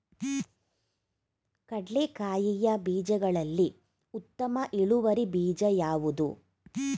ಕಡ್ಲೆಕಾಯಿಯ ಬೀಜಗಳಲ್ಲಿ ಉತ್ತಮ ಇಳುವರಿ ಬೀಜ ಯಾವುದು?